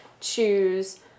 choose